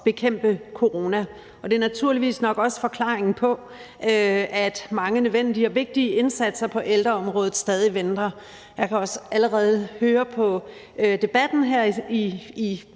bekæmpe corona, og det er naturligvis nok også forklaringen på, at mange nødvendige og vigtige indsatser på ældreområdet stadig venter. Jeg kan også allerede høre på debatten her